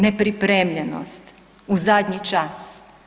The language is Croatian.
Nepripremljenost u zadnji čas.